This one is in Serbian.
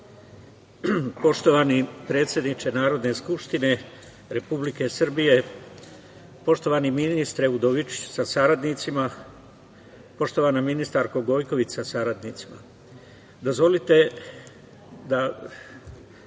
Poštovani predsedniče Narodne skupštine Republike Srbije, poštovani ministre Udovičiću sa saradnicima, poštovana ministarko Gojković sa saradnicima,